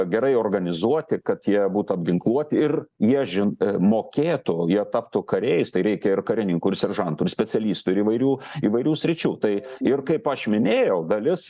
gerai organizuoti kad jie būtų apginkluoti ir jie žin mokėtų jie taptų kariais tai reikia ir karininkų ir seržantų ir specialistų ir įvairių įvairių sričių tai ir kaip aš minėjau dalis